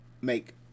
make